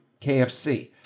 KFC